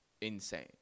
insane